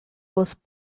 was